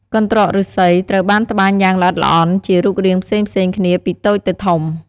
កន្ត្រកឫស្សី ត្រូវបានត្បាញយ៉ាងល្អិតល្អន់ជារូបរាងផ្សេងៗគ្នា ពីតូចទៅធំ។